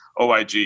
OIG